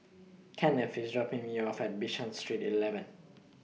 Kenneth IS dropping Me off At Bishan Street eleven